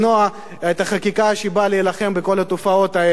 את החקיקה שבאה להילחם בכל התופעות האלו.